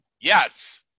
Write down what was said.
Yes